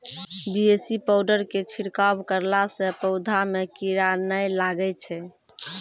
BAC powder के छिड़काव करला से पौधा मे कीड़ा नैय लागै छै?